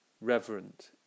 reverent